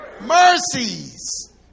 Mercies